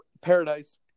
paradise